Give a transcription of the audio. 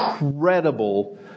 incredible